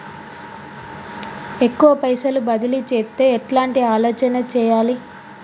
ఎక్కువ పైసలు బదిలీ చేత్తే ఎట్లాంటి ఆలోచన సేయాలి?